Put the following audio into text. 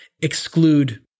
exclude